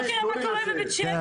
בוא תראה מה קרה בבית שמש.